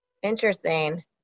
Interesting